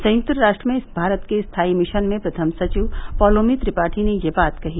संयुक्त राष्ट्र में भारत के स्थायी मिशन में प्रथम सचिव पॉलोमी त्रिपाठी ने यह बात कही